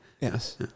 yes